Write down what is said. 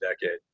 decade